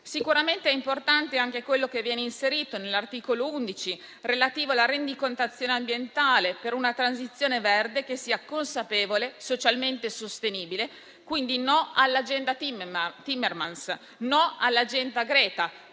Sicuramente è importante anche quello che viene inserito nell'articolo 11, relativo alla rendicontazione ambientale per una transizione verde che sia consapevole e socialmente sostenibile. Quindi no all'agenda Timmermans e no all'agenda Greta,